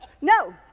No